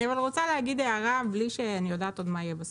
אני רוצה להעיר הערה בלי שאני יודעת מה יהיה בסוף.